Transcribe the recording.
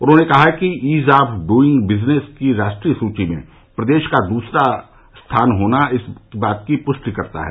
उन्होंने कहा कि ईज ऑफ बूईग बिजनेस की राष्ट्रीय सुची में प्रदेश का दूसरे स्थान पर होना इसकी पुष्टि करता है